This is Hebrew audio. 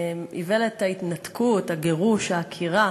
איוולת ההתנתקות, הגירוש, העקירה,